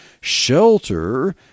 shelter